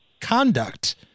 conduct